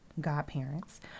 godparents